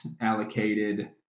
allocated